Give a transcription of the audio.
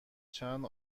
چند